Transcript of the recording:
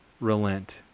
relent